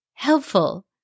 Helpful